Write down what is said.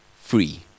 free